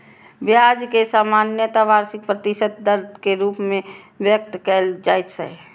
ब्याज कें सामान्यतः वार्षिक प्रतिशत दर के रूप मे व्यक्त कैल जाइ छै